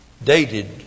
dated